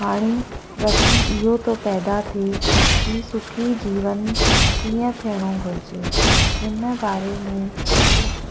हाणे प्रशन इहो थो पैदा थिए की सुखी जीवन कीअं थियणो घुर्जे हिन बारे में मूंखे